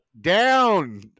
Down